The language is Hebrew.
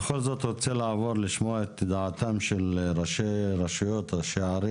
בכל זאת אני רוצה לשמוע את דעתם של ראשי הערי0ם והמועצות.